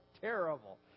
terrible